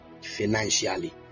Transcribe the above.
financially